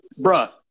bruh